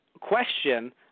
question